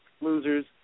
Losers